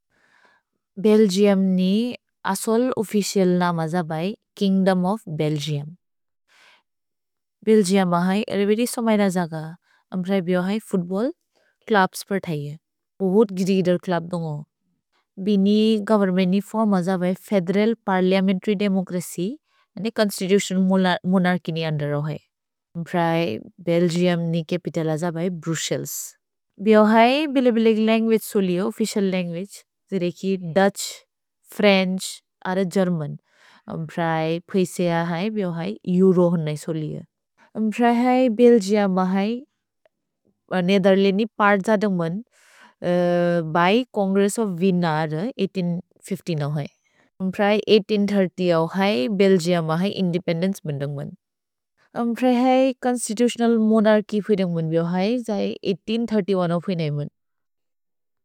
भेल्गिअम् नि असोल् उफिसिअल् नाम् अज बै, किन्ग्दोम् ओफ् भेल्गिअम्। भेल्गिअम् अ है एरिबेरि सोमय्न जग, अम्प्रए बिओ है फूत्बल्ल् च्लुब्स् प्रए थैये। पोभुत् गिदिगिदर् च्लुब्स् दुन्गो। भि नि गोवेर्न्मेन्त् नि फोर्म् अज बै फेदेरल् पर्लिअमेन्तर्य् देमोच्रच्य्, अने छोन्स्तितुतिओन् मोनर्छ्य् नि अन्दर् रोहे। अम्प्रए भेल्गिअम् नि चपितल् अज बै, भ्रुस्सेल्स्। भि हो है बिले-बिले लन्गुअगे सोलिओ, उफिसिअल् लन्गुअगे। जेरे कि दुत्छ्, फ्रेन्छ् अर गेर्मन्। अम्प्रए फैसेअ है, बि हो है एउरो होन सोलिओ। अम्प्रए है भेल्गिअम् अ है, ने दर्लेनि पर्त् ज दुन्गोन्, बै छोन्ग्रेस्स् ओफ् विएन्न अर हज़ार आठ सौ पचास नौ है। अम्प्रए हज़ार आठ सौ तीस औ है, भेल्गिअम् अ है इन्देपेन्देन्चे बुन् दुन्गोन्। अम्प्रए है छोन्स्तितुतिओनल् मोनर्छ्य् फि दुन्गोन् बिओ है, जै हज़ार आठ सौ तीस एक औ फि नेमुन्।